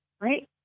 right